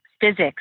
physics